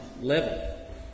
level